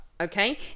okay